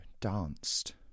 danced